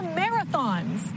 marathons